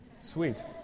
Sweet